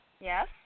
Yes